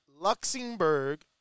Luxembourg